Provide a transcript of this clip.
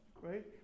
right